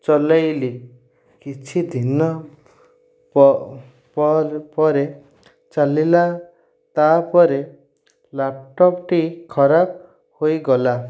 ଚଲେଇଲି କିଛି ଦିନ ପରେ ଚାଲିଲା ତା'ପରେ ଲ୍ୟାପ୍ଟପ୍ଟି ଖରାପ୍ ହୋଇଗଲା